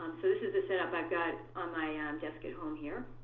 so this is the setup i've got on my um desk at home here.